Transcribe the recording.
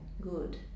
good